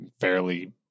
fairly